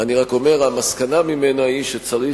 אני רק אומר שהמסקנה ממנה היא שצריך